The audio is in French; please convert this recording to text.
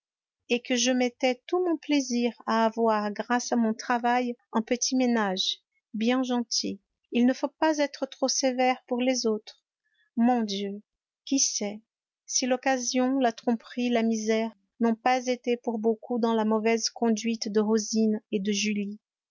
et que je mettais tout mon plaisir à avoir grâce à mon travail un petit ménage bien gentil il ne faut pas être trop sévère pour les autres mon dieu qui sait si l'occasion la tromperie la misère n'ont pas été pour beaucoup dans la mauvaise conduite de rosine et de julie